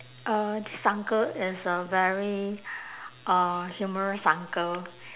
uh this uncle is a very uh humorous uncle